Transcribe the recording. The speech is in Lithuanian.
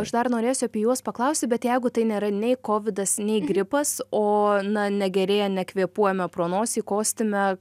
aš dar norėsiu apie juos paklausti bet jeigu tai nėra nei kovidas nei gripas o na negerėja nekvėpuojame pro nosį kostime